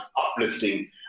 uplifting